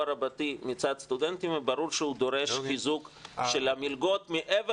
רבתי מצד סטודנטים וברור שהוא דורש חיזוק של המלגות מעבר